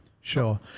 Sure